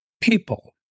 people